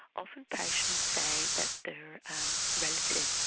often patients say that their relatives,